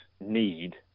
need